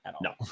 No